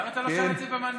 למה אתה לא שר את זה במנגינה?